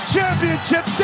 Championship